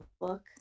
book